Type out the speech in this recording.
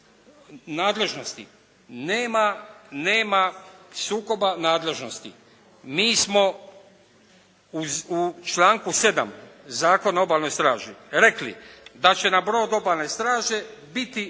nema sukoba nadležnosti. Mi smo u članku 7. Zakona o obalnoj straži rekli da će na brod obalne straže biti